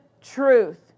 truth